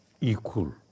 equal